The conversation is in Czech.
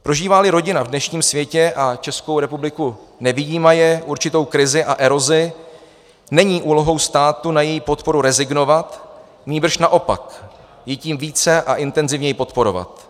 Prožíváli rodina v dnešním světě, a Českou republiku nevyjímaje, určitou krizi a erozi, není úlohou státu na její podporu rezignovat, nýbrž naopak ji tím více a intenzivněji podporovat.